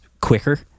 quicker